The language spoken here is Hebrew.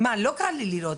לא קל לי לראות.